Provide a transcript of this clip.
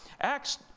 Acts